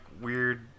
weird